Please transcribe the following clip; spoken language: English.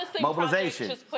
mobilization